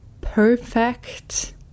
perfect